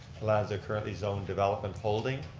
lands are currently zoned development holding.